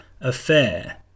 affair